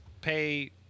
pay